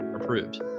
approved